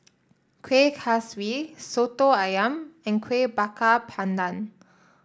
Kueh Kaswi Soto ayam and Kueh Bakar Pandan